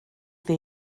dde